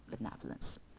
benevolence